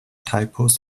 typos